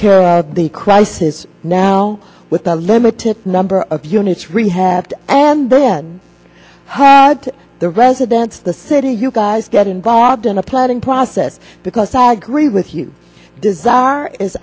care of the crisis now with a limited number of units rehabbed and then had the residents the city you guys get involved in applauding process because all agree with you does are is